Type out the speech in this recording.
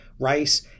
rice